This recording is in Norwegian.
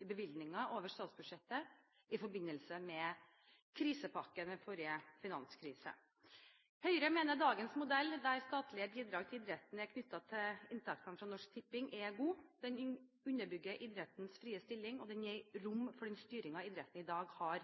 i bevilgninger over statsbudsjettet i forbindelse med krisepakken ved forrige finanskrise. Høyre mener dagens modell, der statlige bidrag til idretten er knyttet til inntektene fra Norsk Tipping, er god. Den underbygger idrettens frie stilling, og den gir rom for den styringen idretten i dag har